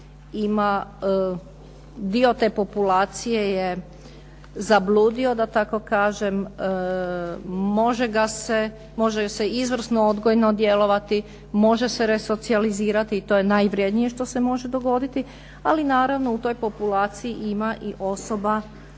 dio te populacije je zabludio, da tako kažem. Može ga se, može se izvrsno odgojno djelovati, može se resocijalizirati i to je najvrjednije što se može dogoditi. Ali naravno u toj populaciji ima i osoba